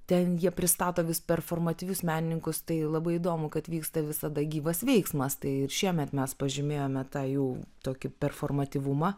ten jie pristato vis performatvius menininkus tai labai įdomu kad vyksta visada gyvas veiksmas tai ir šiemet mes pažymėjome tą jų tokį performatyvumą